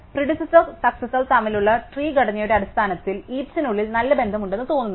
പ്രീഡിസെസാർ successor തമ്മിലുള്ള tree ഘടനയുടെ അടിസ്ഥാനത്തിൽ ഹീപ്സിനുള്ളിൽ നല്ല ബന്ധമുണ്ടെന്ന് തോന്നുന്നു